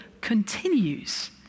continues